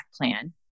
plan